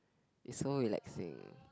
is so relaxing